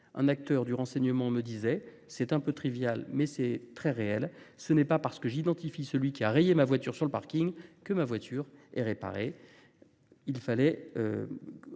Un acteur du renseignement me disait, de façon un peu triviale, « ce n'est pas parce que j'identifie celui qui a rayé ma voiture sur le parking que ma voiture est réparée ». Il n'y aura